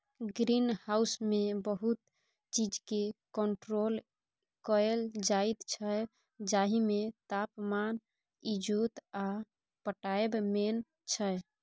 green हाउसमे बहुत चीजकेँ कंट्रोल कएल जाइत छै जाहिमे तापमान, इजोत आ पटाएब मेन छै